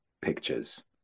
pictures